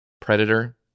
Predator